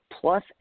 plus